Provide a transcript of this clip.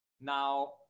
Now